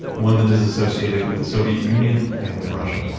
one that is associated with the soviet union and with russia.